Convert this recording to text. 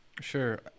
Sure